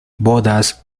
bodas